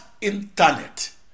internet